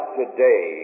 today